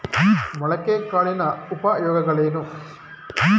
ಮೊಳಕೆ ಕಾಳಿನ ಉಪಯೋಗಗಳೇನು?